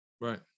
Right